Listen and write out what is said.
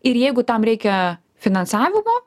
ir jeigu tam reikia finansavimo